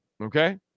okay